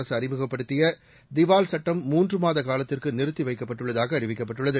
அரசு அறிமுகப்படுத்திய திவால் சுட்டம் மூன்று மாத காலத்திற்கு நிறுத்தி வைக்கப்பட்டுள்ளதாக அறிவிக்கப்பட்டுள்ளது